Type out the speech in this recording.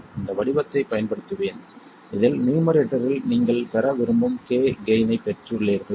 நான் இந்தப் வடிவத்தைப் பயன்படுத்துவேன் இதில் நியூமரேட்டரில் நீங்கள் பெற விரும்பும் k கெய்ன் ஐப் பெற்றுள்ளீர்கள்